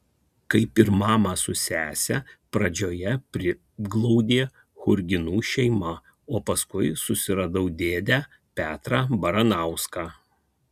kaip ir mamą su sese pradžioje priglaudė churginų šeima o paskui susiradau dėdę petrą baranauską